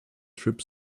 trip